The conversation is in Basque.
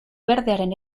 berdearen